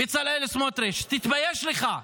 בצלאל סמוטריץ', תתבייש לך.